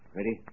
Ready